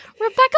Rebecca